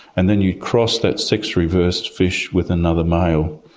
and then you cross that sex-reversed fish with another male.